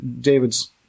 David's